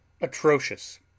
Atrocious